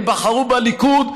הם בחרו בליכוד,